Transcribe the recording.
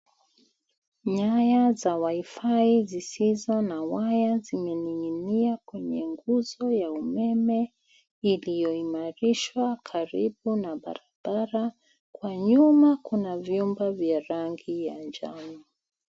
Nyaya za wifi zisizo na waya zimening'inia kwenye nguzo ya umeme iliyoimarishwa karibu na barabara kwa nyuma kuna vyumba vya rangi ya njano.